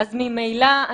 אז ממילא...